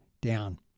down